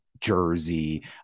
Jersey